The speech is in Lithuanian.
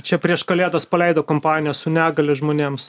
čia prieš kalėdas paleido kampaniją su negalia žmonėms